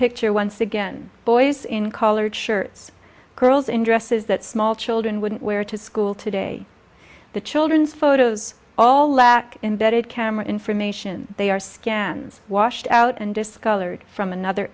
picture once again boys in colored shirts girls in dresses that small children wouldn't wear to school today the children photos all lack in bed camera information they are scans washed out and discolored from another